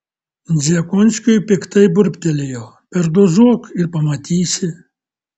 dziekonskiui piktai burbtelėjo perdozuok ir pamatysi